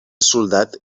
soldat